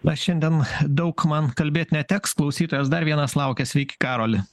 na šiandien daug man kalbėt neteks klausytojas dar vienas laukia sveiki karoli